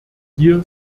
hier